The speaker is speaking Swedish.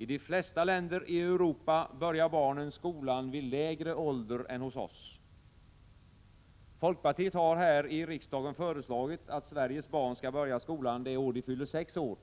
I de flesta länder i Europa börjar barnen skolan vid lägre ålder än hos oss. Folkpartiet har här i riksdagen föreslagit att Sveriges barn skall börja skolan det år de fyller sex år.